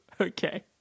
okay